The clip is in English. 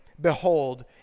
behold